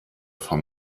von